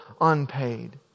unpaid